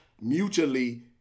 mutually